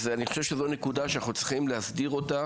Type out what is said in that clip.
אני חושב שזו נקודה שאנחנו צריכים להסדיר אותה